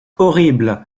horrible